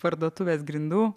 parduotuvės grindų